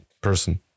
person